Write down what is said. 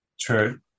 True